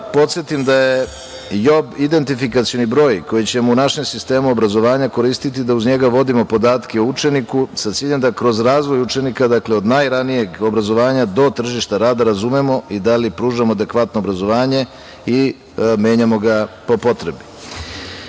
podsetim da je JOB identifikacioni broj koji ćemo u našem sistemu obrazovanja koristiti da uz njega vodimo podatke o učeniku sa ciljem da kroz razvoj učenika, dakle, od najranijeg obrazovanja do tržišta rada razumemo i da li pružamo adekvatno obrazovanje i menjamo ga po potrebi.